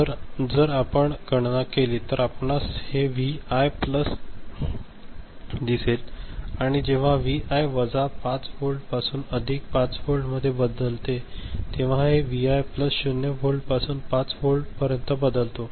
तर जर आपण गणना केली तर आपणास हे व्ही आय प्लस दिसेल आणि जेव्हा व्हीआय वजा 5 वोल्टपासून अधिक 5 व्होल्टमध्ये बदलते तेव्हा हे व्हीआय प्लस 0 व्होल्टपासून 5 व्होल्टपर्यंत बदलतो